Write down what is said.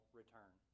return